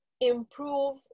improve